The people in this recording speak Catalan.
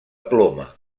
ploma